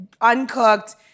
uncooked